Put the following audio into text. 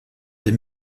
des